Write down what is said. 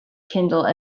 kindle